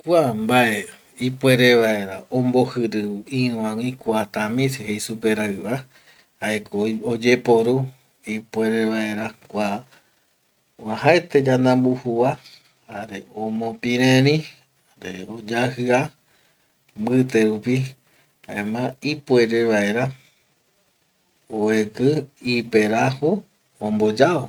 Kua mbae ipuere vaera ombojiri iruvagui kuatamis jei superaiva jaeko oyeporu ipuere vaera kua oajaete yandambujuva jare omopireri, oyajia mbite rupi jaema ipuere vaera oeki iperajo omboyao